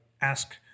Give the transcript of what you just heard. ask